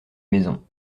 maison